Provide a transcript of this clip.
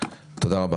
תודה.